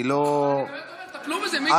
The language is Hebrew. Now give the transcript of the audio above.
אני באמת אומר, טפלו בזה, מיקי.